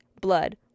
blood